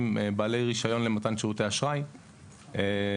בעלי רישיון למתן שירותי אשראי --- כמו?